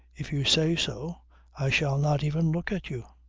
if you say so i shall not even look at you.